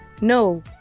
no